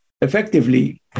Effectively